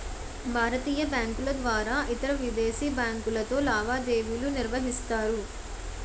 భారతీయ బ్యాంకుల ద్వారా ఇతరవిదేశీ బ్యాంకులతో లావాదేవీలు నిర్వహిస్తారు